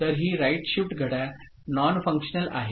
तर ही right shift घड्याळ नॉनफंक्शनल आहे